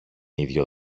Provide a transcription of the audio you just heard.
ίδιο